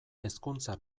hezkuntza